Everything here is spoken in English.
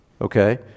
okay